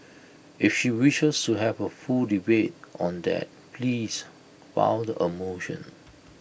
if she wishes to have A full debate on that please filed A motion